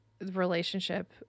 relationship